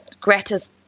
Greta's